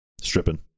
stripping